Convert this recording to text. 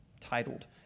titled